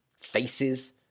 faces